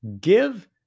give